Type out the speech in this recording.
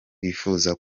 wifuza